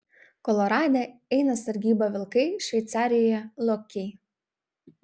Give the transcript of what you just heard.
kolorade eina sargybą vilkai šveicarijoje lokiai